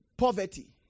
Poverty